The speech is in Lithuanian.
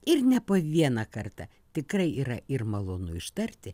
ir ne po vieną kartą tikrai yra ir malonu ištarti